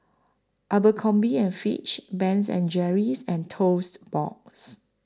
Abercrombie and Fitch Ben and Jerry's and Toast Box